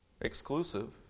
exclusive